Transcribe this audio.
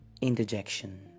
interjection